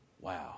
Wow